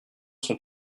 sont